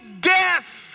death